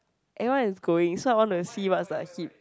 everyone is going so I wanna see what's the hit